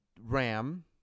Ram